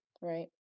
Right